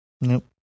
Nope